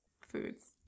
foods